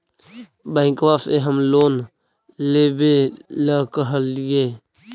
बैंकवा से हम लोन लेवेल कहलिऐ?